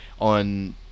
on